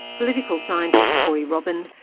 political scientist, corey robin,